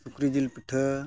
ᱥᱩᱠᱨᱤ ᱡᱤᱞ ᱯᱤᱴᱷᱟᱹ